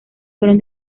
fueron